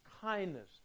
kindness